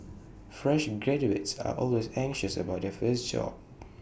fresh graduates are always anxious about their first job